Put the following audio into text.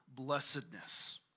blessedness